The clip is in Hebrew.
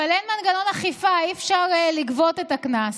אבל אין מנגנון אכיפה, אי-אפשר לגבות את הקנס.